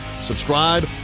Subscribe